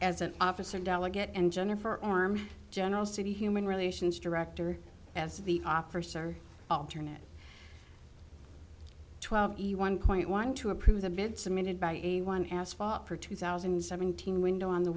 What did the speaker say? as an officer delegate and jennifer army general city human relations director as the officer alternate twelve one point one two approve the bid submitted by eighty one asphalt for two thousand and seventeen window on the